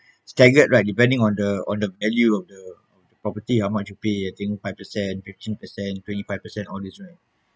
staggered right depending on the on the value of the property how much you pay I think five percent fifteen percent twenty five percent all this right